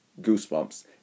goosebumps